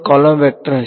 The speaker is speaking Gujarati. કૉલમ વેક્ટર હશે